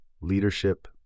leadership